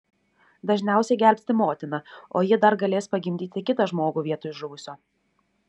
dažniausiai gelbsti motiną o ji dar galės pagimdyti kitą žmogų vietoj žuvusio